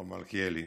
הרב מלכיאלי,